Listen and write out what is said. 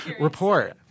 report